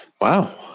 Wow